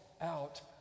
out